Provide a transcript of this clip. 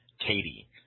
Katie